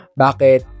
Bakit